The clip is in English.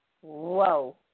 Whoa